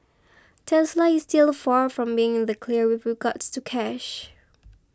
Tesla is still far from being in the clear with regards to cash